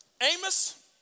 Amos